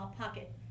pocket